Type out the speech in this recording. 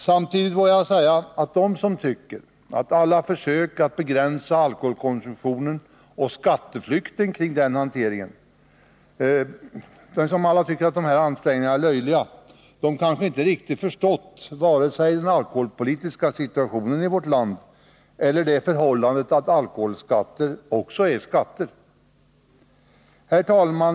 Samtidigt vågar jag säga att de, som tycker att alla försök att begränsa alkoholkonsumtionen och skatteflykten kring den hanteringen bara är löjliga, kanske inte riktigt förstått vare sig den alkoholpolitiska situationen i vårt land eller det förhållandet att alkoholskatter också är skatter. Herr talman!